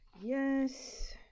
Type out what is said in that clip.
Yes